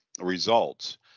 results